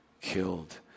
killed